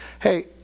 hey